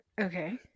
Okay